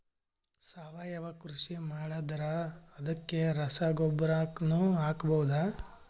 ಸಾವಯವ ಕೃಷಿ ಮಾಡದ್ರ ಅದಕ್ಕೆ ರಸಗೊಬ್ಬರನು ಹಾಕಬಹುದಾ?